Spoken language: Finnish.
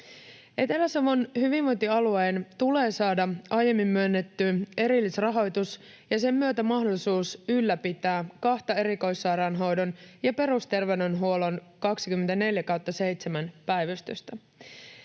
Etelä-Savon hyvinvointialueen tulee saada aiemmin myönnetty erillisrahoitus ja sen myötä mahdollisuus ylläpitää kahta erikoissairaanhoidon ja perusterveydenhuollon 24/7-päivystystä.